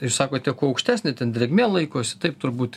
jūs sakote kuo aukštesnė ten drėgmė laikosi taip turbūt